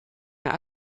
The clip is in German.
mehr